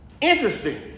Interesting